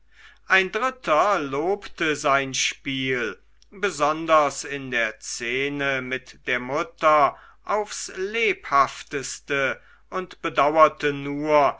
ein dritter lobte sein spiel besonders in der szene mit der mutter aufs lebhafteste und bedauerte nur